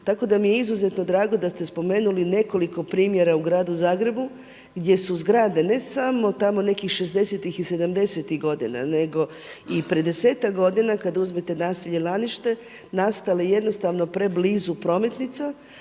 tako da mi je izuzetno drago da ste spomenuli nekoliko primjera u gradu Zagrebu gdje su zgrade ne samo tamo nekih 60-tih i 70-tih godina, nego i pred desetak godina kada uzmete naselje Lanište nastale jednostavno preblizu prometnica.